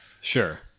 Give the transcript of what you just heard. Sure